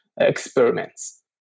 experiments